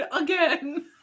again